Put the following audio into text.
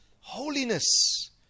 holiness